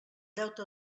deute